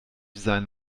seine